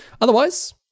Otherwise